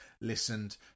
listened